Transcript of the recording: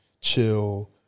chill